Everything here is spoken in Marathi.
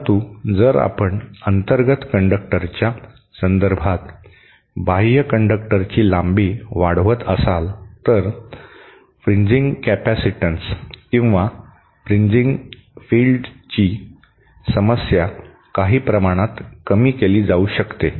परंतु जर आपण अंतर्गत कंडक्टरच्या संदर्भात बाह्य कंडक्टरची लांबी वाढवत असाल तर फ्रिजिंग कॅपेसिटन्स किंवा फ्रिजिंग फील्डची समस्या काही प्रमाणात कमी केली जाऊ शकते